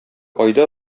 айда